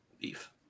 beef